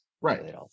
Right